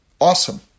awesome